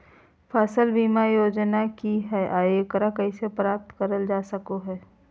फसल बीमा योजना की हय आ एकरा कैसे प्राप्त करल जा सकों हय?